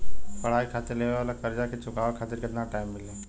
पढ़ाई खातिर लेवल कर्जा के चुकावे खातिर केतना टाइम मिली?